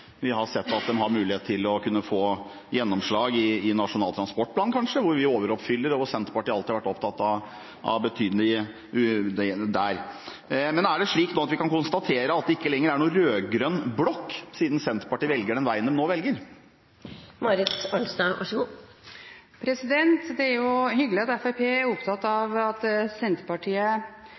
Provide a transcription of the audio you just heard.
Vi har sett at de har mulighet til å kunne få gjennomslag i Nasjonal transportplan, kanskje, hvor vi overoppfyller, og hvor Senterpartiet alltid har vært opptatt av betydelige økninger. Men er det nå slik at vi kan konstatere at det ikke lenger er noen rød-grønn blokk, siden Senterpartiet velger den veien de nå velger? Det er jo hyggelig at Fremskrittspartiet er opptatt av at Senterpartiet